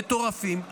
מטורפים,